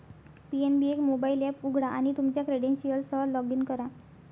PNB एक mobile app उघडा आणि तुमच्या क्रेडेन्शियल्ससह लॉग इन करा